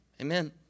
Amen